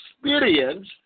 experience